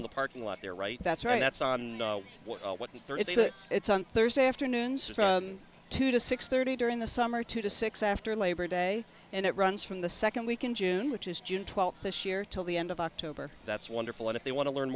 in the parking lot there right that's right that's on what the thirty minutes it's on thursday afternoons from two to six thirty during the summer two to six after labor day and it runs from the second week in june which is june twelfth this year till the end of october that's wonderful if they want to learn